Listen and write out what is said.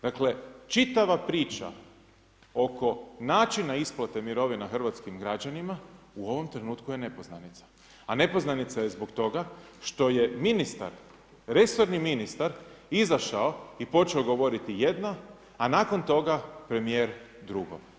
Dakle, čitava priča oko način isplate mirovina hrvatskim građanima u ovom trenutku je nepoznanica a nepoznanice je zbog toga što je ministar, resorni ministar izašao i počeo govoriti jedno a nakon toga premijer drugo.